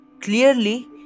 Clearly